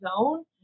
zone